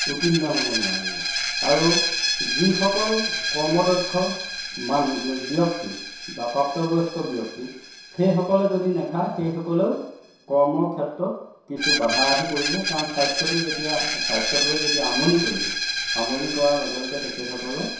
উত্তীৰ্ণ হ'ব নোৱাৰিব আৰু যিসকল কৰ্মদক্ষ মানুহ ব্যক্তি বা প্ৰাপ্তবয়স্ক ব্যক্তি সেইসকলে যদি নেখায় সেইসকলৰো কৰ্মৰ ক্ষেত্ৰত কিছু বাধা আহি পৰিব কাৰণ স্বাস্থ্যটো যেতিয়া স্বাস্থ্যটোৱে যেতিয়া আমনি কৰিব আমনি কৰাৰ লগে লগে তেখেতসকলৰ